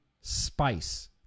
spice